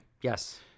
Yes